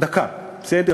דקה, בסדר?